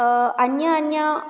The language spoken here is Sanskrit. अन्य अन्य